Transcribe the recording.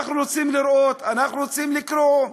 אנחנו רוצים לראות, אנחנו רוצים לקרוא.